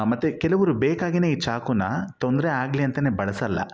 ಮತ್ತೆ ಕೆಲವರು ಬೇಕಾಗಿನೇ ಈ ಚಾಕುನ ತೊಂದರೆ ಆಗಲಿ ಅಂತಲೇ ಬಳಸಲ್ಲ